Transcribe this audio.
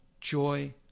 joy